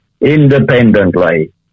independently